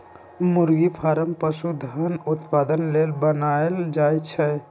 मुरगि फारम पशुधन उत्पादन लेल बनाएल जाय छै